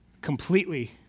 completely